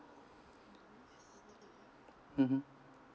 (uh huh)